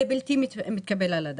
זה בלתי מתקבל על הדעת.